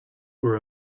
were